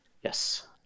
Yes